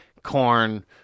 Corn